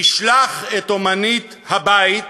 נשלח את אמנית הבית,